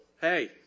Hey